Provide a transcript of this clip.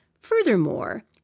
Furthermore